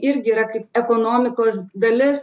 irgi yra kaip ekonomikos dalis